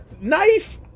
knife